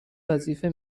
وظیفه